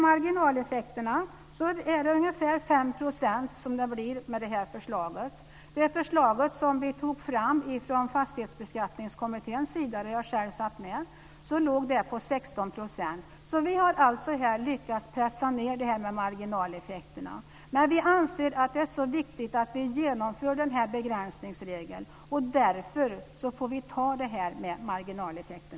Marginaleffekten blir ungefär 5 % med detta förslag. Det förslag som Fastighetsbeskattningskommittén, där jag själv satt med, tog fram låg på 16 %. Vi har här alltså lyckats pressa ned marginaleffekterna. Men vi anser att det är så viktigt att vi genomför denna begränsningsregel och att vi därför får ta dessa marginaleffekter.